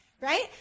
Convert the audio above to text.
right